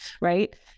right